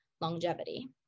longevity